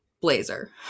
blazer